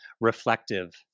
reflective